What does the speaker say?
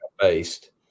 based